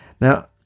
Now